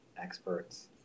experts